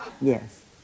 yes